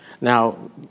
Now